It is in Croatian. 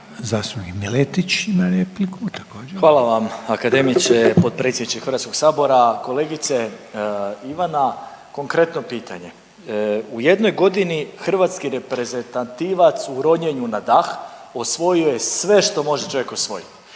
također. **Miletić, Marin (MOST)** Hvala vam akademiče, potpredsjedniče HS. Kolegice Ivana konkretno pitanje, u jednoj godini hrvatski reprezentativac u ronjenju na dah osvojio je sve što može čovjek osvojit,